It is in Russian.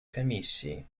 комиссии